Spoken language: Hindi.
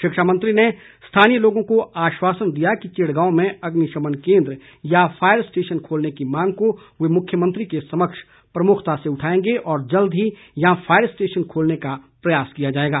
शिक्षा मंत्री ने स्थानीय लोगों को आश्वासन दिया कि चिड़गांव में अग्निशमन केंद्र या फायर स्टेशन खोलने की मांग को वे मुख्यमंत्री के समक्ष प्रमुखता से उठाएंगे और जल्द ही यहां फायर स्टेशन खोलने का प्रयास किया जाएगा